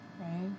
Right